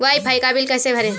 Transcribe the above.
Wi fi का bill कैसे भरें?